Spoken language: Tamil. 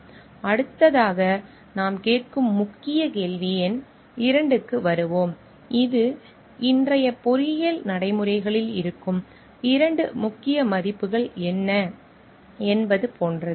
நாம் அடுத்ததாக முக்கிய கேள்வி எண் 2 க்கு வருவோம் இது இன்றைய பொறியியல் நடைமுறைகளில் இருக்கும் இரண்டு முக்கிய மதிப்புகள் என்ன என்பது போன்றது